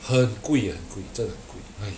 很贵很贵真的很贵 !hais!